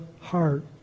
heart